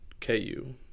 KU